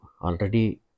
already